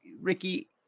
Ricky